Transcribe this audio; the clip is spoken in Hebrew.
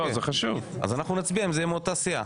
אוקי, אז אנחנו נצביע אם זה יהיה מאותה סיעה.